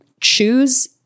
choose